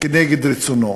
כנגד רצונו.